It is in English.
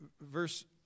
verse